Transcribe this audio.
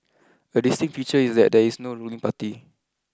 a distinct feature is that there is no ruling party